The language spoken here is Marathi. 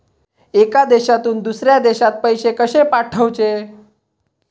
एका देशातून दुसऱ्या देशात पैसे कशे पाठवचे?